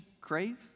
crave